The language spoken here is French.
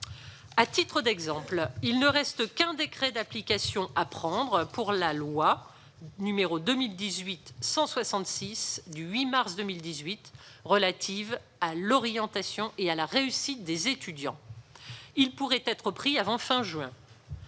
À titre d'exemple, il ne reste qu'un décret d'application à prendre pour la loi n° 2018-166 du 8 mars 2018 relative à l'orientation et à la réussite des étudiants. Il pourrait être pris avant la fin